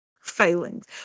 failings